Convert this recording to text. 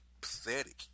Pathetic